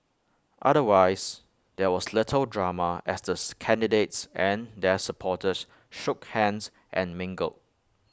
otherwise there was little drama as this candidates and their supporters shook hands and mingled